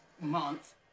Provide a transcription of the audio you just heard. month